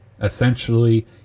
essentially